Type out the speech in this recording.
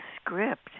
script